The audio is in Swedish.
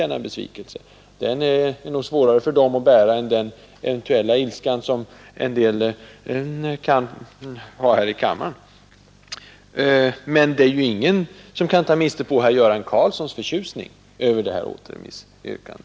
Den besvikelsen är nog svårare för dem att bära än den eventuella ilska som en del ledamöter här i kammaren kan känna. Men det är ingen som kan ta miste på herr Göran Karlssons förtjusning över återremissyrkandet.